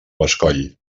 bescoll